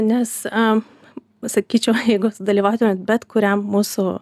nes a pasakyčiau jeigu sudalyvautumėt bet kuriam mūsų